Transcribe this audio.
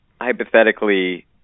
hypothetically